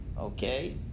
okay